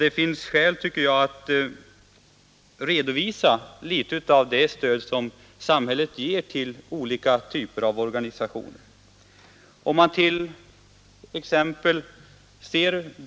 Det finns skäl, tycker jag, att redovisa litet av det stöd samhället ger till olika typer av organisationer.